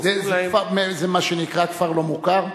זה מה שנקרא כפר לא מוכר?